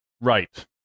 Right